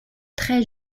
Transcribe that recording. très